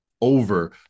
over